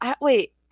wait